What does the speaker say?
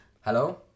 Hello